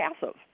passive